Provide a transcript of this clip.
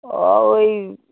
ওই